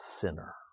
sinner